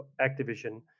Activision